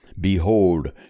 behold